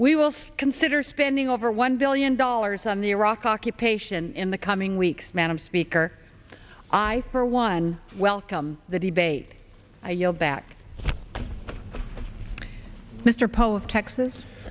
we will see consider spending over one billion dollars on the iraq occupation in the coming weeks madam speaker i for one welcome the debate i yield back mr